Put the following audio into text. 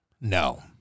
no